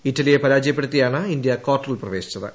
ഇറ്റലിയെ പരാജയപ്പെടുത്തിയാണ് ഇന്ത്യ ക്വാർട്ടറിൽ പ്രവേശിച്ചത്